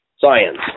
Science